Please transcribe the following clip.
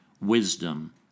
wisdom